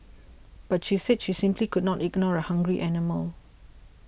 but she said she simply could not ignore a hungry animal